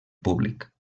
públic